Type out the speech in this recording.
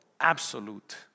Absolute